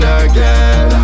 again